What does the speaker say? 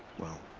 well.